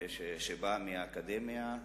שבאה מהאקדמיה,